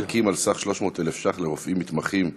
המענקים על סך 300,000 שקלים לרופאים מתמחים,